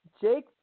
Jake